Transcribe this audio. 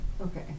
Okay